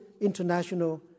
international